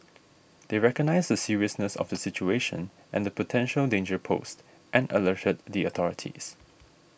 they recognised the seriousness of the situation and the potential danger posed and alerted the authorities